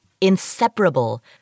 inseparable